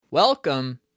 Welcome